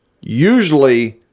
usually